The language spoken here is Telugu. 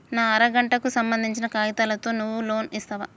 నా అర గంటకు సంబందించిన కాగితాలతో నువ్వు లోన్ ఇస్తవా?